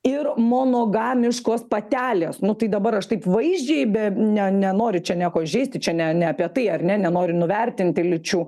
ir monogamiškos patelės nu tai dabar aš taip vaizdžiai be ne nenoriu čia nieko įžeisti čia ne ne apie tai ar ne nenoriu nuvertinti lyčių